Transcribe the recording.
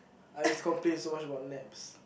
I used to complain so much about naps